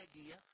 idea